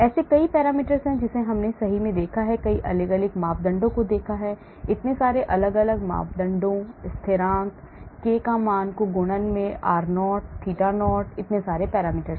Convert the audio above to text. ऐसे कई पैरामीटर हैं जिन्हें हमने सही देखा है कई अलग अलग मापदंडों इतने सारे अलग अलग मापदंडों स्थिरांक k मान को गुणन में r0 थीटा 0 इतने सारे पैरामीटर